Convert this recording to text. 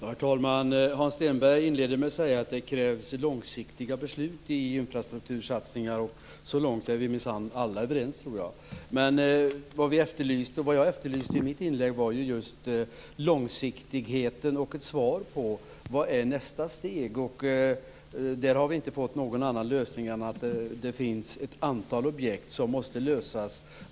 Herr talman! Hans Stenberg inledde med att säga att det krävs långsiktiga beslut för infrastruktursatsningar. Så långt är vi minsann alla överens, tror jag. Men vad jag efterlyste i mitt inlägg var just långsiktigheten och ett svar på vad som är nästa steg. Där har vi inte fått höra något annat än att det finns ett antal objekt som måste lösas.